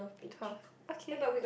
twelve okay